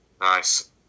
Nice